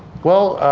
well,